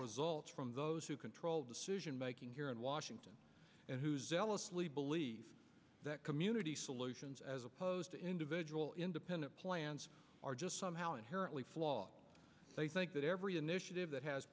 was from those who control decision making here in washington and who zealously believe that community solutions as opposed to individual independent plans are just somehow inherently flawed they think that every initiative that has